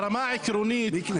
בעיקר,